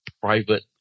private